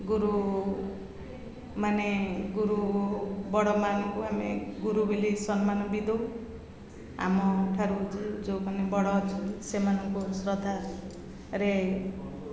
ଗୁରୁମାନେ ଗୁରୁ ବଡ଼ମାନଙ୍କୁ ଆମେ ଗୁରୁ ବୋଲି ସମ୍ମାନ ବି ଦେଉ ଆମ ଠାରୁ ଯୋଉମାନେ ବଡ଼ ଅଛନ୍ତି ସେମାନଙ୍କୁ ଶ୍ରଦ୍ଧାରେ